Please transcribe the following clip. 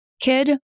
kid